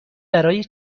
برای